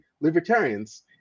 libertarians